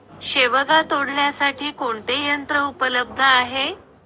शेवगा तोडण्यासाठी कोणते यंत्र उपलब्ध आहे?